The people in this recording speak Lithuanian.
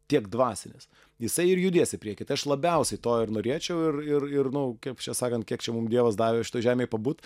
tiek dvasinis jisai ir judės į priekį tai aš labiausiai to ir norėčiau ir ir ir nu kaip čia sakant kiek čia mum dievas davė šitoj žemėj pabūt